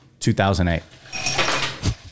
2008